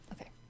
Okay